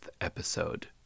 episode